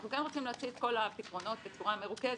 אנחנו כן רוצים להציע את כל הפתרונות בצורה מרוכזת.